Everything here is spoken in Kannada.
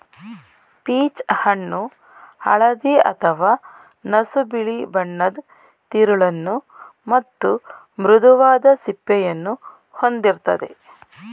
ಪೀಚ್ ಹಣ್ಣು ಹಳದಿ ಅಥವಾ ನಸುಬಿಳಿ ಬಣ್ಣದ್ ತಿರುಳನ್ನು ಮತ್ತು ಮೃದುವಾದ ಸಿಪ್ಪೆಯನ್ನು ಹೊಂದಿರ್ತದೆ